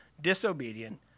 disobedient